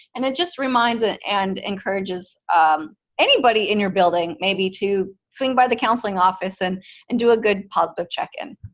and it just reminds it and encourages anybody in your building maybe to swing by the counseling office and and do a good positive check in.